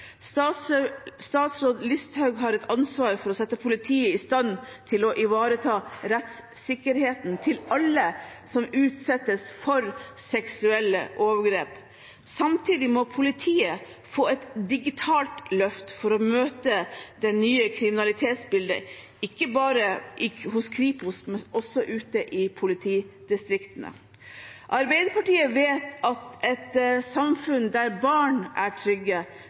opp. Statsråd Listhaug har et ansvar for å sette politiet i stand til å ivareta rettssikkerheten til alle som utsettes for seksuelle overgrep. Samtidig må politiet få et digitalt løft for å møte det nye kriminalitetsbildet, ikke bare hos Kripos, men også ute i politidistriktene. Arbeiderpartiet vet at et samfunn der barn er trygge,